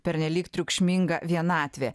pernelyg triukšminga vienatvė